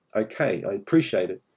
okay, i appreciate it.